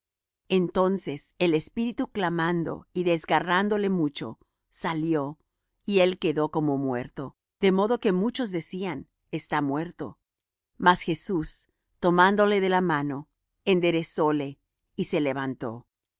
entonces el espíritu clamando y desgarrándole mucho salió y él quedó como muerto de modo que muchos decían está muerto mas jesús tomándole de la mano enderezóle y se levantó